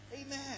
Amen